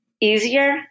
easier